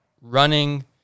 running